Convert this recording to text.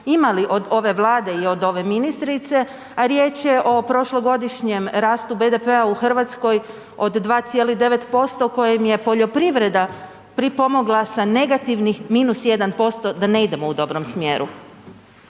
imali od ove Vlade i od ove ministrice, a riječ je o prošlogodišnjem rastu BDP-a u Hrvatskoj od 2,9% kojem je poljoprivreda pripomogla sa negativnih -1% da ne idemo u dobrom smjeru.